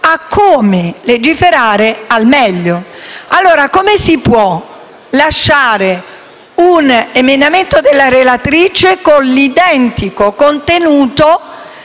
su come legiferare al meglio. Allora come si può mantenere un emendamento della relatrice con identico contenuto